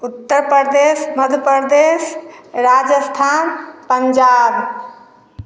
Uttar Pradesh Madhya Pradesh Rajasthan Punjab